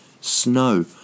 snow